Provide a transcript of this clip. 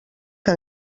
que